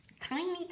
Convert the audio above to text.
tiny